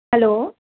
hello